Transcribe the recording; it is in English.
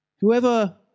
Whoever